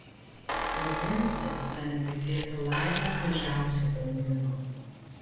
o vincė tą netikėtą laimę mažiausiai brangino